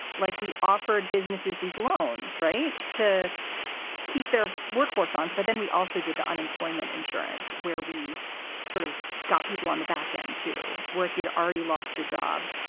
like we offered businesses these loans. right. to keep their workforce on. but then we also did the unemployment insurance where we sort of got people on the back end to where if you already lost your job,